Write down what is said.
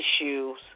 issues